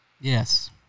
Yes